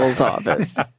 office